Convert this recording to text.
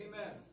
Amen